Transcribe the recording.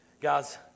Guys